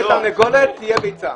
תהיה תרנגולת תהיה ביצה.